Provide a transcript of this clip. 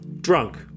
drunk